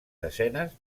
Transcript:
desenes